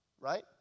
right